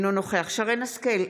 אינו נוכח ינון אזולאי,